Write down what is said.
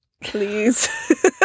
Please